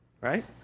Right